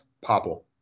Popple